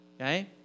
okay